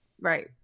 Right